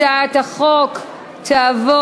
הצעת החוק תעבור,